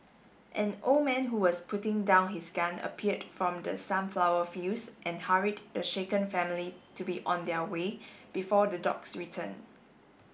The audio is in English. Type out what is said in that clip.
an old man who was putting down his gun appeared from the sunflower fields and hurried the shaken family to be on their way before the dogs return